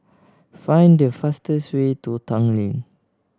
find the fastest way to Tanglin